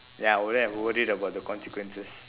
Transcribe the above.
then I wouldn't have worried about the consequences